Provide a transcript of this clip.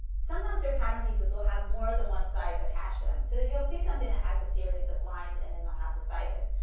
sometimes your pattern pieces will have more than one size attached to them, so you will see something that has a series of lines and then they will have the sizes.